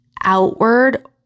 outward